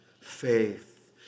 faith